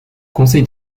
conseil